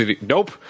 nope